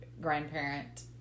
grandparent